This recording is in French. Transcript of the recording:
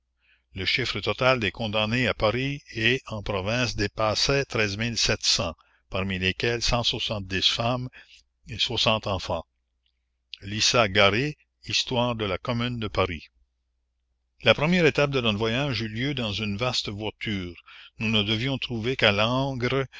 le chiffre total des condamnés à paris et en province dépassait parmi les enfants lissagaray histoire de la commune de paris la première étape de notre voyage eut lieu dans une vaste voiture nous ne devions trouver qu'à langres